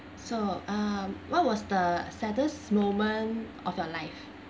so uh what was the saddest moment of your life